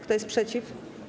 Kto jest przeciw?